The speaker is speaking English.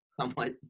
Somewhat